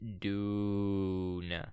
Dune